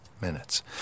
Minutes